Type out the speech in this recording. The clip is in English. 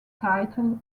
title